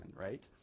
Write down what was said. right